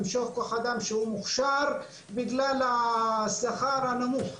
למשוך כוח אדם שהוא מוכשר בגלל השכר הנמוך.